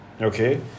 Okay